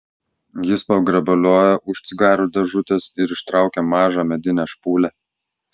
jis pagrabaliojo už cigarų dėžutės ir ištraukė mažą medinę špūlę